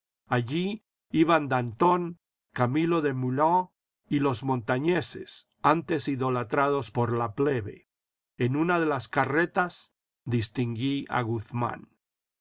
allí iban danton camilo desmoulins y los montañeses antes idolatrados por la plebe en una de las carretas distinguí a guzmán